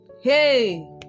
Hey